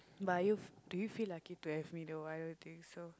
but are you f~ do you feel lucky to have me though I don't think so